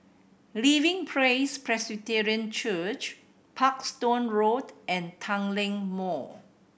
Living Praise Presbyterian Church Parkstone Road and Tanglin Mall